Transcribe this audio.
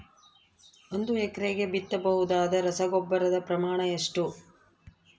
ಒಂದು ಎಕರೆಗೆ ಬಿತ್ತಬಹುದಾದ ರಸಗೊಬ್ಬರದ ಪ್ರಮಾಣ ಎಷ್ಟು?